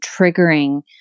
triggering